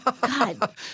god